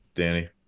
Danny